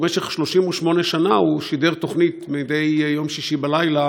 ובמשך 38 שנה הוא שידר תוכנית מדי יום שישי בלילה,